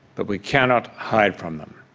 but we cannot hide from them.